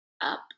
up